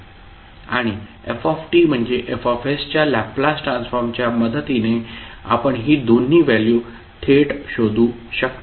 आणि f म्हणजे F च्या लॅपलास ट्रान्सफॉर्मच्या मदतीने आपण ही दोन्ही व्हॅल्यू थेट शोधू शकतो